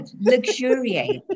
luxuriate